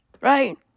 Right